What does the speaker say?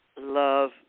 love